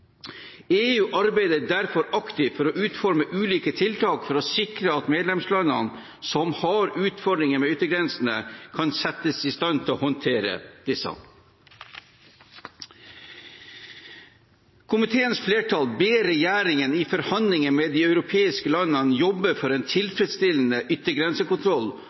EU arbeider derfor aktivt med å utforme ulike tiltak for å sikre at medlemslandene som har utfordringer ved yttergrensene, kan settes i stand til å håndtere disse. Komiteens flertall ber regjeringen i forhandlingene med de europeiske landene jobbe for en tilfredsstillende yttergrensekontroll,